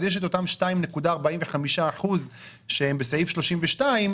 אז יש את אותם 2.45% שהם בסעיף 32,